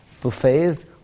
buffets